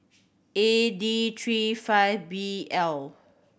A D three five B L